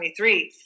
2023